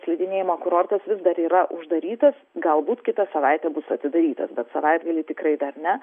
slidinėjimo kurortas vis dar yra uždarytas galbūt kitą savaitę bus atidarytas bet savaitgalį tikrai dar ne